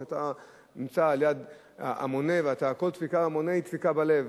כי אתה נמצא על-יד המונה וכל דפיקה במונה היא דפיקה בלב.